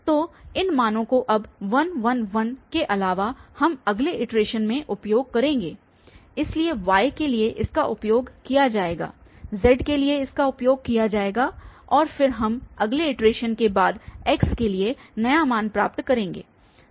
तो इन मानों को अब 1 1 1 के अलावा हम अगले इटरेशन में उपयोग करेंगे इसलिए y के लिए इसका उपयोग किया जाएगा z के लिए इसका उपयोग किया जाएगा और फिर हम अगले इटरेशन के बाद x के लिए नया मान प्राप्त करेंगे